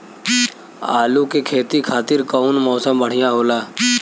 आलू के खेती खातिर कउन मौसम बढ़ियां होला?